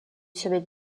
semaine